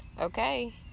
okay